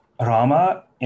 Rama